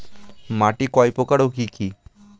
মাটি কয় প্রকার ও কি কি?